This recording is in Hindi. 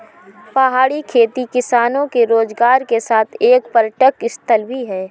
पहाड़ी खेती किसानों के रोजगार के साथ एक पर्यटक स्थल भी है